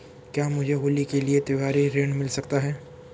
क्या मुझे होली के लिए त्यौहारी ऋण मिल सकता है?